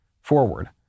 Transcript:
forward